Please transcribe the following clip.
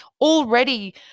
already